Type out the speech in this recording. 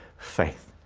faith.